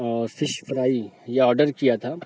اور fish fry یہ order کیا تھا